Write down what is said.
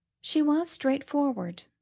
she was straightforward,